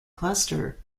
cluster